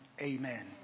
amen